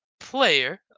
Player